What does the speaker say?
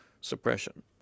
suppression